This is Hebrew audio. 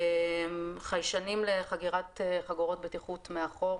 חיישנים לחגירת חגורות בטיחות מאחור,